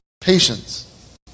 patience